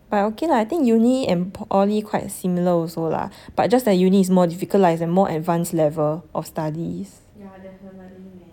but okay lah I think uni and poly quite similar also lah but just that uni is more difficult lah it's a more advanced level of studies